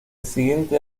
siguiente